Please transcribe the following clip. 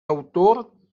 autor